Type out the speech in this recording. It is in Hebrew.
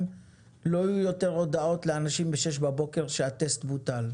לא יהיו יותר הודעות לאנשים בשש בבוקר שהטסט בוטל.